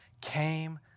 came